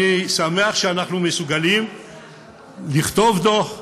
אני שמח שאנחנו מסוגלים לכתוב דוח,